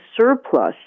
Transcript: surplus